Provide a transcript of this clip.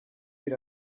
bir